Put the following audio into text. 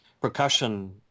percussion